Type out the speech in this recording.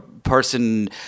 person